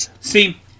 See